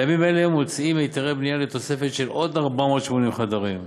בימים אלה מוצאים היתרי בנייה לתוספת של עוד 480 חדרים,